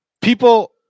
people